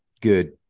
good